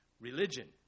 religion